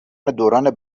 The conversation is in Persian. دوران